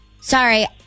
sorry